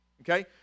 Okay